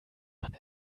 man